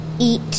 eat